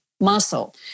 Muscle